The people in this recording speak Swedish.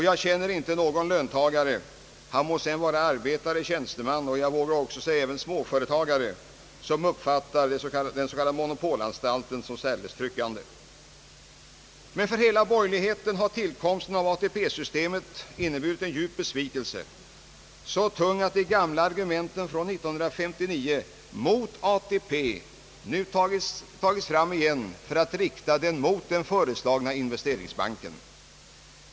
Jag känner inte någon löntagare — han må vara arbetare eller tjänsteman — och, vågar jag påstå, inte heller någon småföretagare som uppfattar den s.k. monopolanstalten som särdeles tryckande. För hela borgerligheten har emellertid tillkomsten av ATP-systemet inneburit en djup besvikelse, så tung att de gamla argumenten från 1959 mot ATP nu tas fram igen för att riktas mot den föreslagna investeringsbanken.